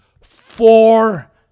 four